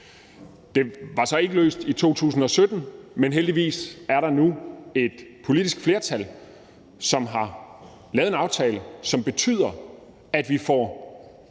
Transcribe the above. Det var så ikke løst i 2017, men heldigvis er der nu et politisk flertal, som har lavet en aftale, som betyder, at vi får